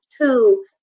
two